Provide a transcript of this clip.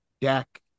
Dak